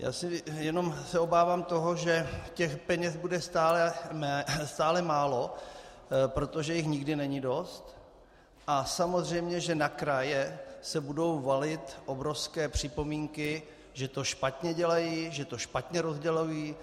Já se jenom obávám toho, že peněz bude stále málo, protože jich nikdy není dost, a samozřejmě že na kraje se budou valit obrovské připomínky, že to špatně dělají, že to špatně rozdělují.